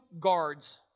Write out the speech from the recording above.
guards